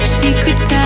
secrets